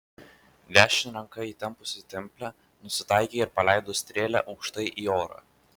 dešine ranka įtempusi templę nusitaikė ir paleido strėlę aukštai į orą